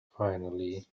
finally